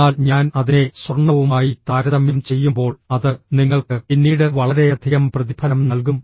എന്നാൽ ഞാൻ അതിനെ സ്വർണ്ണവുമായി താരതമ്യം ചെയ്യുമ്പോൾ അത് നിങ്ങൾക്ക് പിന്നീട് വളരെയധികം പ്രതിഫലം നൽകും